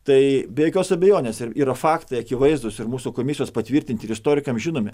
tai be jokios abejonės yra faktai akivaizdūs ir mūsų komisijos patvirtinti istorikams žinomi